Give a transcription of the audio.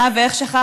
אה, ואיך שכחתי?